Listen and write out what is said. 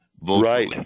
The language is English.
Right